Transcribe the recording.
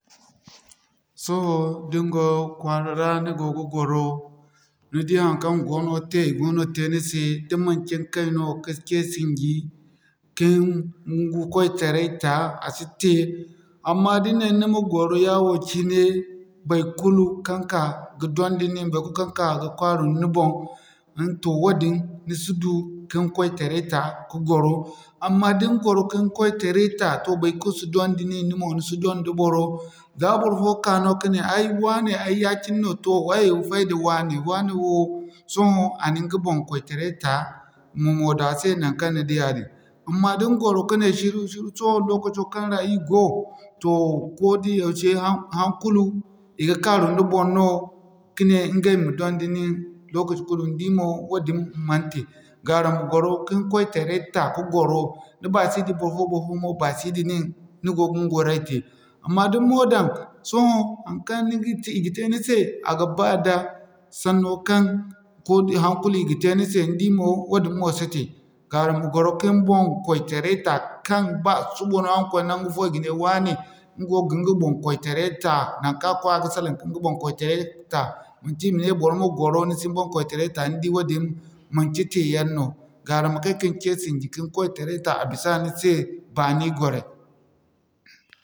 Sohõ da ni go kwaara ra ni go ga gwaro, ni di haŋkaŋ go ga te i goono tey ni se, da manci ni kay no ga tun ka ce sinji kin kway taray ta a si te. Amma da ni ne ni ma gwaro yawo cine, baikulu kaŋ ka ga donda niŋ, baikulu kaŋ ka ga kaarum ni boŋ, din toh wadin ni si du kin kway taray ta ka gwaro. Amma da ni gwaro kin kway taray ta, toh baikulu si donda nin, ni mo ni si donda boro, za barfo ka no ka ne ay wane ay ya-cine no toh, hay wu fayda waane. Waane wo sohõ a na ɲga boŋ kway taray ta, ma mo daŋ a se naŋkaŋ ni diya din. Amma da ni gwaro ka ne shiru-shiru sohõ lokaci kaŋ ra iri go toh ko da yaushe, hana kulu i ga kaarum ni boŋ no ka ne ŋgay ma donda nin lokaci kulu. Ni di mo wadin man te gaara ma gwaro kin kway taray ta ni basi nda borfo, borfo mo baasi nda nin, ni go gin gwaray tey. Amma da ni na mo daŋ, sohõ haŋkaŋ i ga tey ni se, ba da sanno kaŋ ko da, hana kulu i ga te ni se ni di mo wadin mo si te. Gaara ma gwaro kin boŋ kway taray ta kaŋ ba suba no araŋ koy naŋgu fo i ga ne wane ɲga wo ga ɲga boŋ kway taray ta. Naŋkaŋ a koy a ga salaŋ ka ɲga boŋ kway taray ta manci i ma ne bor ma gwaro ni si ni boŋ kway taray ta ni di wadin manci te yaŋ no gaara ma kay kin ce sinji kin kway taray ta a bisa ni se baani gwaray.